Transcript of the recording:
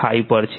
5 પર છે